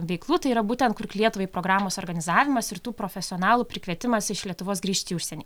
veiklų tai yra būtent kurk lietuvai programos organizavimas ir tų profesionalų prikvietimas iš lietuvos grįžti į užsienį